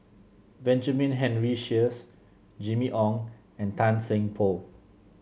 Benjamin Henry Sheares Jimmy Ong and Tan Seng Poh